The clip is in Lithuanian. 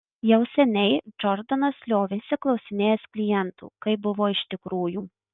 jau seniai džordanas liovėsi klausinėjęs klientų kaip buvo iš tikrųjų